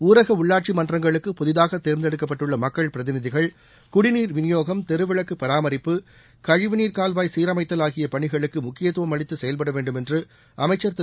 ஊரக உள்ளாட்சி மன்றங்களுக்கு புதிதாக தேர்ந்தெடுக்கப்பட்டுள்ள மக்கள் பிரதிநிதிகள் குடிநீர் விநியோகம் தெருவிளக்கு பராமரிப்பு கழிவுநீர் கால்வாய் சீரமைத்தல் ஆகிய பணிகளுக்கு முக்கியத்துவம் அளித்து செயல்பட வேண்டும் என்று அமைச்சர் திரு